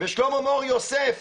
ושלמה מור יוסף